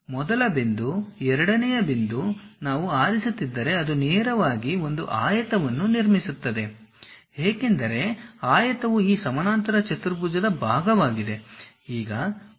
ಮೊದಲ ಬಿಂದು ಎರಡನೆಯ ಬಿಂದು ನಾವು ಆರಿಸುತ್ತಿದ್ದರೆ ಅದು ನೇರವಾಗಿ ಒಂದು ಆಯತವನ್ನು ನಿರ್ಮಿಸುತ್ತದೆ ಏಕೆಂದರೆ ಆಯತವು ಈ ಸಮಾನಾಂತರ ಚತುರ್ಭುಜದ ಭಾಗವಾಗಿದೆ